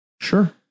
Sure